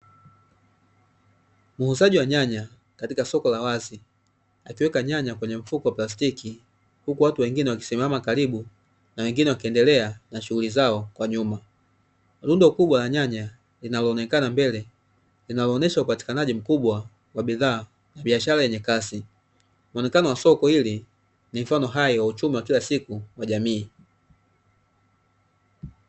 Muuzaji wa nyanya katika soko la wazi akiweka nyanya kwenye mfuko wa plastiki. Huku watu wengine wakisimama karibu na wengine wakiendelea na shughuli zao kwa nyuma. Rundo kubwa la nyanya linaonekana mbele linaoneshwa upatikanaji mkubwa wa bidhaa na biashara yenye kasi. Muonekano wa soko hili ni mfano hai wa uchumi wa kila siku kwa jamii.